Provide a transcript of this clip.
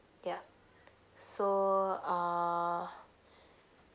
yup so err